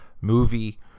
movie